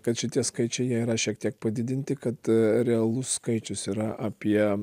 kad šitie skaičiai jie yra šiek tiek padidinti kad realus skaičius yra apie